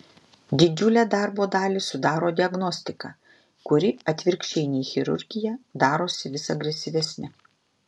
didžiulę darbo dalį sudaro diagnostika kuri atvirkščiai nei chirurgija darosi vis agresyvesnė